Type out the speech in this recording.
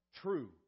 true